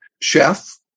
Chef